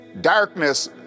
Darkness